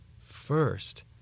First